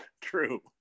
True